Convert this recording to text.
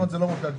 זה לא מופיע